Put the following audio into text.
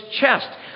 chest